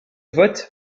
vote